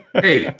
hey,